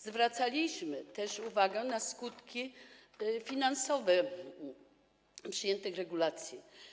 Zwracaliśmy też uwagę na skutki finansowe przyjętych regulacji.